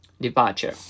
departure